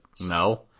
no